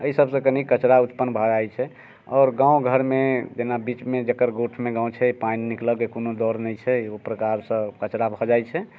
एहि सबसे कनी कचरा उत्तपन्न भऽ जाइत छै आओर गाँव घरमे जेना बीचमे जेकर गुटमे गाँव छै पानि निकलऽ के कोनो गर नहि छै ओ प्रकारसँ कचरा भऽ जाइत छै